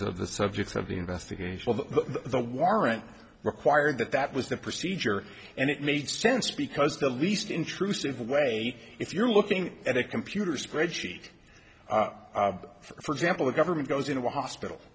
of the subjects of the investigation of the warrant required that that was the procedure and it made sense because the least intrusive way if you're looking at a computer spreadsheet for example the government goes into a hospital